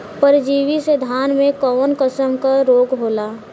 परजीवी से धान में कऊन कसम के रोग होला?